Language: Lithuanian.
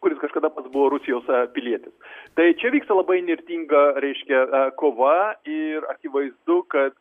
kuris kažkada pats buvo rusijos pilietis tai čia vyksta labai įnirtinga reiškia kova ir akivaizdu kad